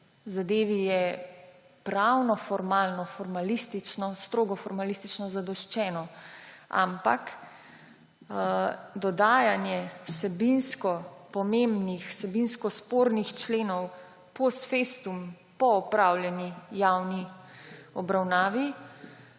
zadevi je formalnopravno, formalistično, strogo formalistično zadoščeno. Ampak dodajanje vsebinsko pomembnih, vsebinsko spornih členov post festum, po opravljeni javni obravnavi